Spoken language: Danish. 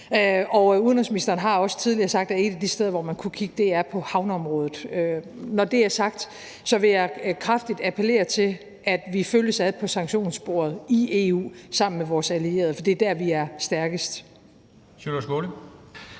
udenrigsministeren har også tidligere sagt, at et af de steder, som man kunne kigge på, er havneområdet. Når det er sagt, vil jeg kraftigt appellere til, at vi følges ad på sanktionssporet i EU sammen med vores allierede. For det er der, vi er stærkest.